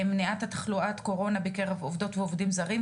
מניעת תחלואת הקורונה בקרב עובדות ועובדים זרים,